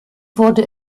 wurde